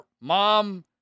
mom